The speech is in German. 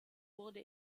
wurde